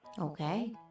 Okay